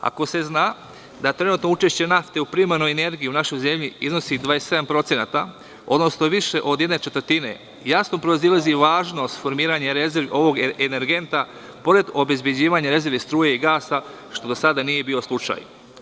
Ako se zna da trenutno učešće nafte u primarnoj energiji u našoj zemlji iznosi 27%, odnosno više od jedne četvrtine, jasno proizilazi važnost formiranja rezervi ovog energenta, pored obezbeđivanja rezervi struje i gasa, što do sada nije bio slučaj.